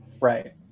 right